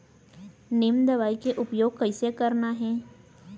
नीम दवई के उपयोग कइसे करना है?